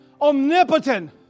Omnipotent